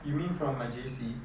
you mean from my J_C